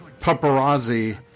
Paparazzi